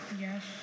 Yes